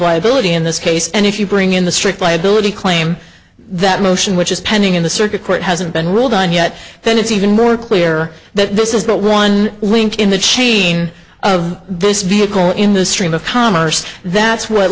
liability in this case and if you bring in the strict liability claim that motion which is pending in the circuit court hasn't been ruled on yet then it's even more clear that this is the one link in the chain of this vehicle in the stream of commerce that's what